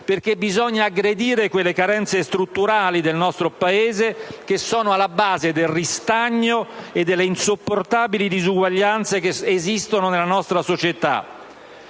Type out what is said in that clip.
Perché bisogna innanzitutto aggredire le carenze strutturali del nostro Paese che sono alla base del ristagno e delle insopportabili disuguaglianze esistenti nella nostra società.